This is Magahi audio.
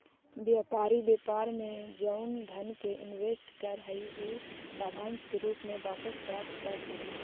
व्यापारी व्यापार में जउन धन के इनवेस्ट करऽ हई उ लाभांश के रूप में वापस प्राप्त कर सकऽ हई